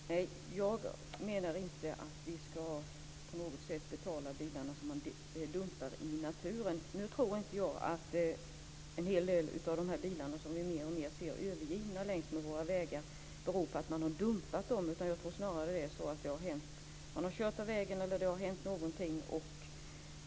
Fru talman! Nej, jag menar inte att vi på något sätt ska betala bilarna som är dumpade i naturen. Jag tror att en hel del av de bilar som vi mer och mer ser övergivna längs med våra vägar inte beror på att man har dumpat dem, utan jag tror snarare att man har kört av vägen eller att något har hänt.